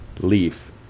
leaf